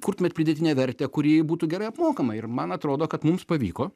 kurtumėt pridėtinę vertę kuri būtų gerai apmokama ir man atrodo kad mums pavyko